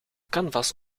canvas